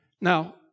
Now